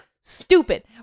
stupid